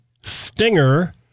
stinger